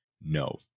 No